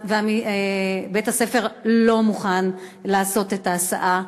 ובית-הספר לא מוכן לעשות את ההסעה.